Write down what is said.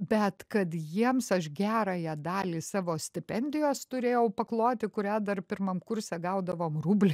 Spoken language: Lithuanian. bet kad jiems aš gerąją dalį savo stipendijos turėjau pakloti kurią dar pirmam kurse gaudavom rublį